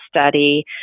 study